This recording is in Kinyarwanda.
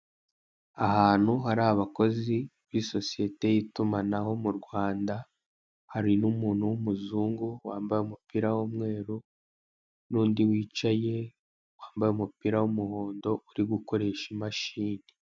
Ahantu hari abakozi b'isosiyete y'itumanaho mu Rwanda, hari n'umuntu w'umuzungu wambaye umupira w'umweru n'undi wicaye wambaye umupira w'umuhondo uri gukoresha imashini.